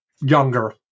younger